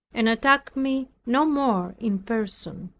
and attacked me no more in person.